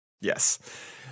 Yes